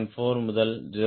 4 முதல் 0